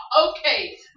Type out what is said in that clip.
Okay